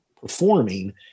performing